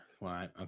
Right